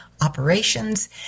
operations